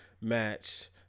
match